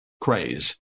craze